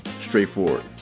straightforward